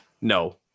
No